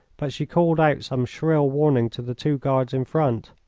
but she called out some shrill warning to the two guards in front.